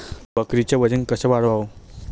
बकरीचं वजन कस वाढवाव?